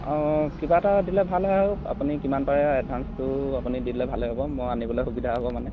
অঁ কিবা এটা দিলে ভাল হয় আৰু আপুনি কিমান পাৰে এডভাঞ্চটো আপুনি দি দিলে ভলেই হ'ব মইয়ো আনিবলৈ সুবিধা হ'ব মানে